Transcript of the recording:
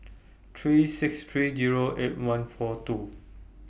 three six three Zero eight one four two